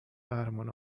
قهرمان